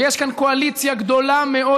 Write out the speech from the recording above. ויש כאן קואליציה גדולה מאוד,